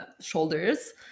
shoulders